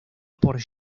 por